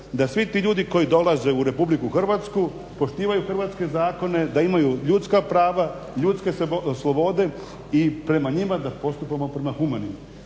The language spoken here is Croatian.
da svi ti ljudi koji dolaze u RH poštivanju hrvatske zakone da imaju ljudska prava, ljudske slobode i prema njima da postupamo prema humano.